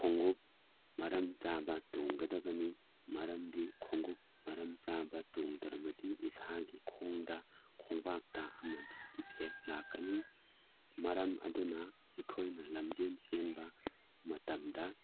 ꯈꯣꯡꯎꯞ ꯃꯔꯝ ꯆꯥꯕ ꯇꯣꯡꯒꯗꯕꯅꯤ ꯃꯔꯝꯗꯤ ꯈꯣꯡꯎꯞ ꯃꯔꯝ ꯆꯥꯕ ꯇꯣꯡꯗ꯭ꯔꯕꯗꯤ ꯏꯁꯥꯒꯤ ꯈꯣꯡꯗ ꯈꯣꯡꯕꯥꯛꯇ ꯑꯃꯗꯤ ꯏꯐꯦꯛ ꯂꯥꯛꯀꯅꯤ ꯃꯔꯝ ꯑꯗꯨꯅ ꯑꯩꯈꯣꯏꯅ ꯂꯝꯖꯦꯟ ꯆꯦꯟꯕ ꯃꯇꯝꯗ